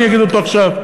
אני אגיד אותו עכשיו: